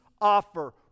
offer